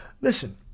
listen